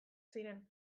ziren